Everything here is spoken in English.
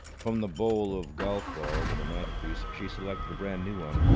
from the bowl of golf-balls on the mantelpiece she selected a brand new one.